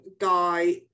guy